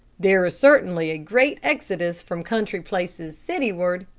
there is certainly a great exodus from country places cityward,